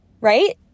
Right